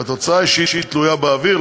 והתוצאה היא שהיא תלויה באוויר.